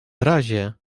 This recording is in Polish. razie